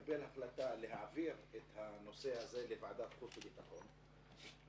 להעביר את הנושא הזה לוועדת החוץ והביטחון,